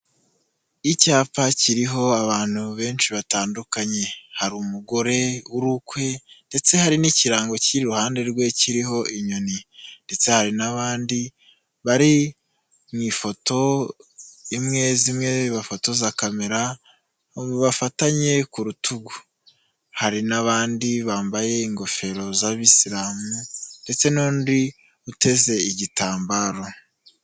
Icyapa kiriho abantu benshi batandukanye, hari umugore uri ukwe ndetse hari n'ikirango kiri iruhande rwe kiriho inyoni ndetse hari n'abandi bari mu ifoto imwe zimwe bafotoza camera bafatanye ku rutugu, hari n'abandi bambaye ingofero z'abisilamu ndetse n'undi uteze igitambaro.